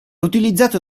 utilizzato